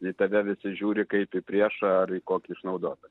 į tada visi žiūri kaip į priešą ar į kokį išnaudoto